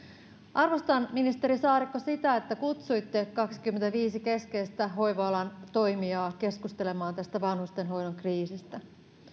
arvostan ministeri saarikko sitä että kutsuitte kaksikymmentäviisi keskeistä hoiva alan toimijaa keskustelemaan vanhustenhoidon kriisistä